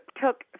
took